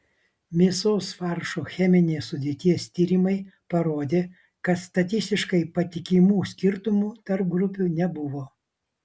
mėsos faršo cheminės sudėties tyrimai parodė kad statistiškai patikimų skirtumų tarp grupių nebuvo